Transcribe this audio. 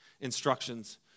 instructions